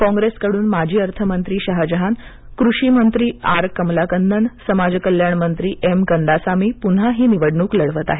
कॉंग्रैसकडून माजी अर्थमंत्री शहजहान कृषी मंत्री आर कमलाकन्नन समाजकल्याण मंत्री एम कंदासामी पुन्हा ही निवडणूक लढवणार आहेत